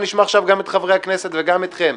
נשמע עכשיו את חברי הכנסת וגם אתכם,